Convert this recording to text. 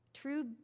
True